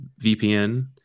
VPN